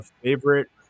favorite